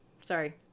Sorry